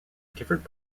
different